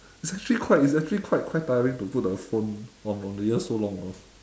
it's actually quite it's actually quite quite tiring to put the phone on on the ear so long you know